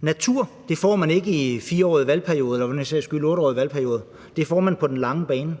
Natur får man ikke i 4-årige valgperioder eller for den sags skyld 8-årige valgperioder; det får man på den lange bane.